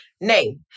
name